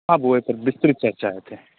आबू एहिपर विस्तृत चर्चा हेतै